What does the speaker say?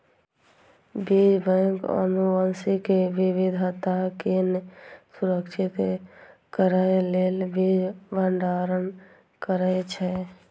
बीज बैंक आनुवंशिक विविधता कें संरक्षित करै लेल बीज भंडारण करै छै